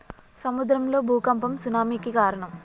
సముద్రం లో భూఖంపం సునామి కి కారణం